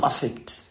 perfect